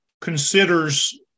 considers –